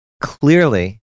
clearly